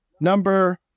number